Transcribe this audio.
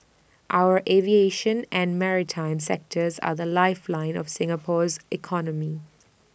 our aviation and maritime sectors are the lifeline of Singapore's economy